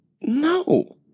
No